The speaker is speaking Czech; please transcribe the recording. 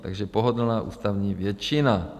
Takže pohodlná ústavní většina.